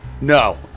No